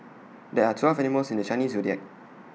there are twelve animals in the Chinese Zodiac